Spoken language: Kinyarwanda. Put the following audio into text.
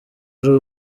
ari